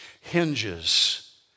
hinges